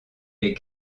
les